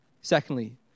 Secondly